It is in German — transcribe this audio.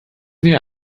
wir